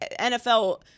NFL